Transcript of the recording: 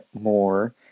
more